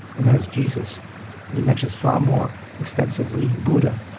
and that is jesus and he mentions far more extensively buddha.